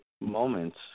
moments